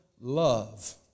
love